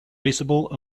visible